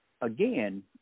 again